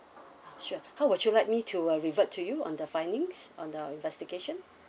ah sure how would you like me to uh revert to you on the findings on the investigation